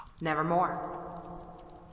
Nevermore